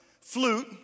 flute